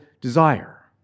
desire